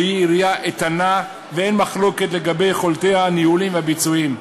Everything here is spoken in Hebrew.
שהיא עירייה איתנה ואין מחלוקת לגבי יכולותיה הניהוליות והביצועיות.